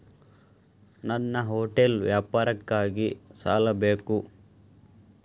ನನ್ನ ಹೋಟೆಲ್ ವ್ಯಾಪಾರಕ್ಕಾಗಿ ಸಾಲ ಬೇಕು